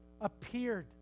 appeared